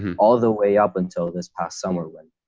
and all the way up until this past summer when